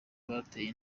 bateye